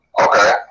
Okay